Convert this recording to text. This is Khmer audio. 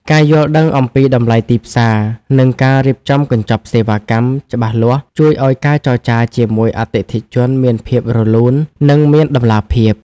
ការយល់ដឹងអំពីតម្លៃទីផ្សារ និងការរៀបចំកញ្ចប់សេវាកម្ម ច្បាស់លាស់ ជួយឱ្យការចរចាជាមួយអតិថិជនមានភាពរលូន និងមានតម្លាភាព។